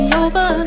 over